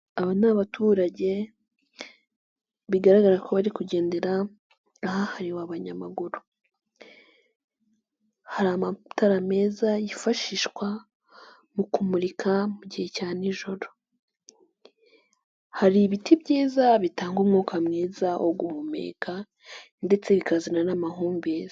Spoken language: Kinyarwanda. Aba ni abaturage bigaragara ko barikugendera ahahariwe abanyamaguru, hari amatara meza yifashishwa mu kumurika mu gihe nijoro, hari ibiti bitanga umwuka mwiza wo guhumeka ndetse bikazana n'amahumbezi.